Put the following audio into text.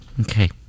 Okay